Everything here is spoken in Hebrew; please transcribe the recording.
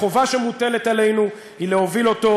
החובה שמוטלת עלינו היא להוביל אותו,